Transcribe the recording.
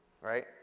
right